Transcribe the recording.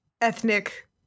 ethnic